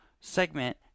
segment